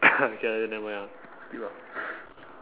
K lah then never mind ah skip ah